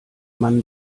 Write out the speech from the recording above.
man